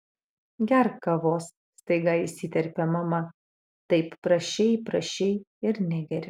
gerk kavos staiga įsiterpė mama taip prašei prašei ir negeri